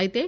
అయితే